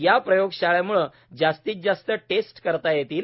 या प्रयोगशाळेम्ळे जास्तीत जास्त टेस्ट्स करता येतील